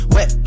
Wet